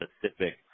specific